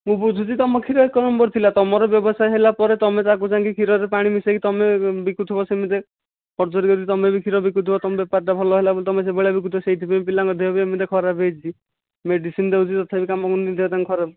ମୁଁ ବୁଝୁଛି ତୁମ କ୍ଷୀର ଏକ ନମ୍ବର ଥିଲା ତୁମର ବ୍ୟବସାୟ ହେଲା ପରେ ତୁମେ ତାକୁ ଯାଇଁକି ତାକୁ କ୍ଷୀରରେ ପାଣି ମିଶାଇକି ତୁମେ ବିକୁଥିବ ସେମିତି ଫରଜରି କରିକି ତୁମେ ବି କ୍ଷୀର ବିକୁଥିବ ତୁମ ବେପାରଟା ଭଲ ହେଲା ବୋଲି ତୁମେ ସେ ଭଳିଆ ବିକୁଥିବ ସେହିଥିପାଇଁ ପିଲାଙ୍କ ଦେହ ବି ଏମିତି ଖରାପ ହୋଇଛି ମେଡ଼ିସିନ ଦେଉଛୁ ତଥାପି କାମ କରୁନି ଦେହ ତାଙ୍କ ଖରାପ